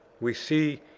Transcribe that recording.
we see,